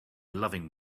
loving